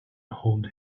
hold